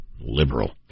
Liberal